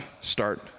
start